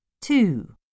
two